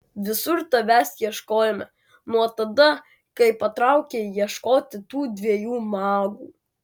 visur tavęs ieškojome nuo tada kai patraukei ieškoti tų dviejų magų